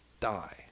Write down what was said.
die